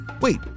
Wait